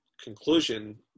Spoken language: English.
conclusion